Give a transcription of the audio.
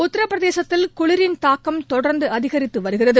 உத்தரப்பிரசேத்தில் குளிரின் தாக்கம் தொடர்ந்து அதிகரித்து வருகிறது